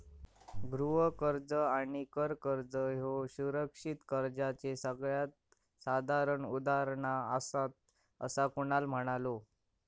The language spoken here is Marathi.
गृह कर्ज आणि कर कर्ज ह्ये सुरक्षित कर्जाचे सगळ्यात साधारण उदाहरणा आसात, असा कुणाल म्हणालो